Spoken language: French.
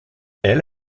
elle